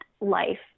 life